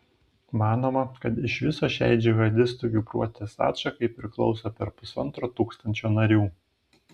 manoma kad iš viso šiai džihadistų grupuotės atšakai priklauso per pusantro tūkstančio narių